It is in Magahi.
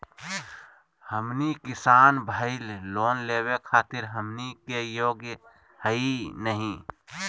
हमनी किसान भईल, लोन लेवे खातीर हमनी के योग्य हई नहीं?